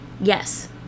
Yes